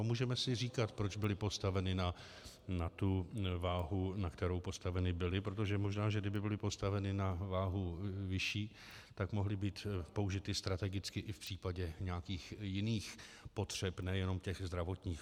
Můžeme si říkat, proč byly postaveny na tu váhu, na kterou byly postaveny, protože možná kdyby byly postaveny na váhu vyšší, tak mohly být použity strategicky i v případě nějakých jiných potřeb, nejenom potřeb zdravotních.